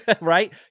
right